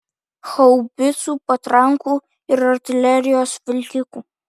haubicų patrankų ir artilerijos vilkikų